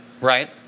right